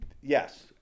Yes